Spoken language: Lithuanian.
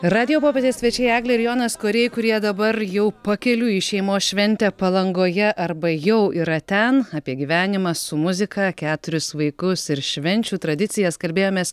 radijo popietės svečiai eglė ir jonas koriai kurie dabar jau pakeliui į šeimos šventę palangoje arba jau yra ten apie gyvenimą su muzika keturis vaikus ir švenčių tradicijas kalbėjomės